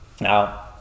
Now